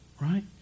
right